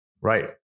right